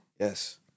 Yes